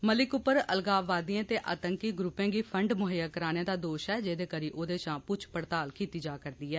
मलिक उप्पर अलगाववादियें ते आंतकी ग्रुपें गी फंड मुहैयया कराने दा दोश ऐ जेहदे करी ओहदे षा पुछ पड़ताल कीत्ती जा करदी ऐ